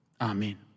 Amen